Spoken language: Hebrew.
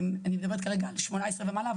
אני מדברת כרגע על בני 18 ומעלה,